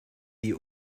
die